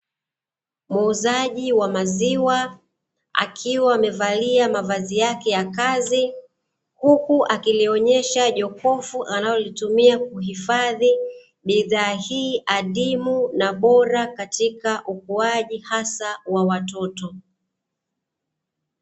Muuzaji wa maziwa, akiwa amevalia mavazi yake ya kazi, huku akilionyesha jokofu analolitumia kuhifadhi bidhaa hii adimu na bora katika ukuaji hasa wa watoto.